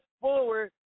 forward